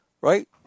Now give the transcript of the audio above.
right